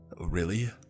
Really